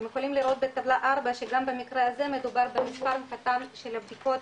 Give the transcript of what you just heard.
אתם יכולים לראות בטבלה 4 שגם במקרה הזה מדובר במספר קטן של בדיקות,